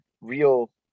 real